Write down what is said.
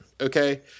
Okay